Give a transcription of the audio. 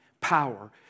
power